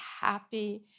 happy